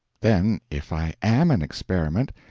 then if i am an experiment,